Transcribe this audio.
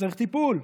שצריך טיפול,